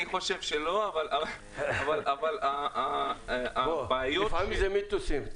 אני חושב שלא אבל הבעיות -- לפעמים זה מיתוסים.